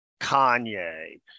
Kanye